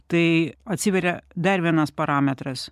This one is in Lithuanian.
tai atsiveria dar vienas parametras